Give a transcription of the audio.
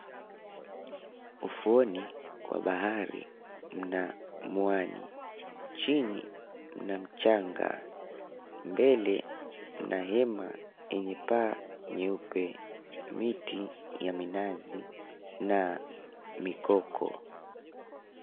Ufuoni, wa bahari, mna mwani. Chini, mna mchanga. Mbele, mna hema yenye paa nyeupe, miti ya minazi na mikoko.